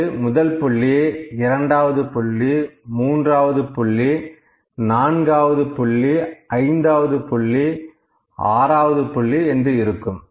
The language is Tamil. இது முதல் புள்ளி இரண்டாவது புள்ளி மூன்றாவது புள்ளி நான்காவது புள்ளி ஐந்தாவது புள்ளி ஆறாவது புள்ளி என்று இருக்கும்